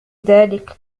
ذلك